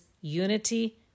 unity